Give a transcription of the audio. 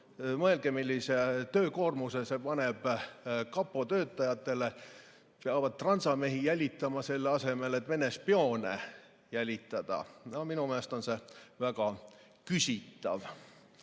Mõelge, millise töökoormuse see paneb kapo töötajatele. Nad peavad jälitama transamehi, selle asemel et Vene spioone jälitada. Minu meelest on see väga küsitav.